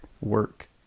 work